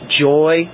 joy